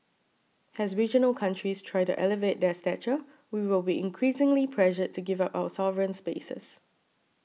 as regional countries try to elevate their stature we will be increasingly pressured to give up our sovereign spaces